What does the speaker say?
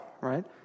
right